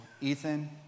Ethan